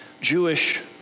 Jewish